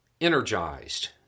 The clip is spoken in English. energized